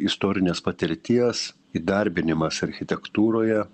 istorinės patirties įdarbinimas architektūroje